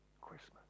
Christmas